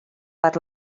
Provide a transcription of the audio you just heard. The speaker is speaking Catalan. per